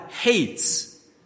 hates